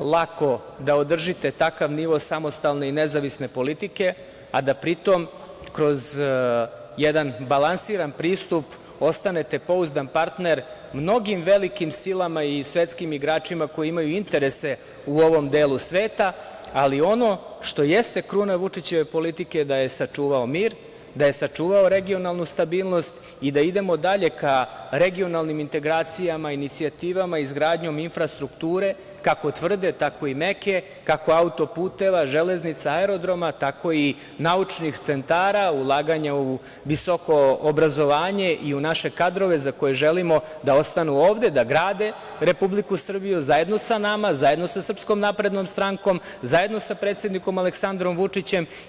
lako da održite takav nivo samostalne i nezavisne politike, a da pritom kroz jedan balansiran pristup ostanete pouzdan partner mnogim velikim silama i svetskim igračima koji imaju interese u ovom delu sveta, ali ono što jeste kruna Vučićeve politike da je sačuvao mir, da je sačuvao regionalnu stabilnost i da idemo dalje ka regionalnim integracijama i inicijativama izgradnjom infrastrukture, kako tvrde, tako i meke, kako autoputeva, železnica, aerodroma, tako i naučnih centara, ulaganja u visoko obrazovanje i u naše kadrove za koje želimo da ostanu ovde, da grade Republiku Srbiju zajedno sa nama, zajedno sa SNS, zajedno sa predsednikom Aleksandrom Vučićem.